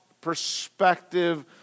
perspective